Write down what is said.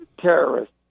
terrorists